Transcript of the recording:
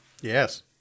yes